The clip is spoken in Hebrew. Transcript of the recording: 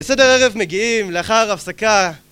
בסדר ערב מגיעים לאחר הפסקה